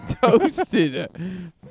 Toasted